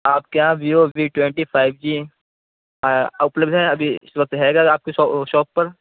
آپ کے یہاں ویو وی ٹوینٹی فائیو جی آ اُپلبدھ ہے ابھی اِس وقت ہے گا آپ کی شاپ پر